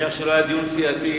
מניח שלא היה דיון סיעתי,